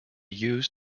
used